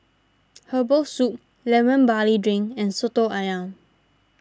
Herbal Soup Lemon Barley Drink and Soto Ayam